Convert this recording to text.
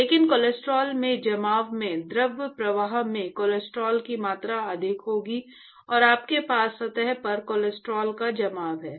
लेकिन कोलेस्ट्रॉल के जमाव में द्रव प्रवाह में कोलेस्ट्रॉल की मात्रा अधिक होगी और आपके पास सतह पर कोलेस्ट्रॉल का जमाव है